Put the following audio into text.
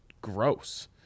gross